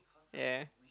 ya